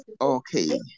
Okay